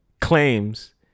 claims